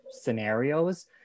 scenarios